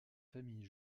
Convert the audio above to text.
famille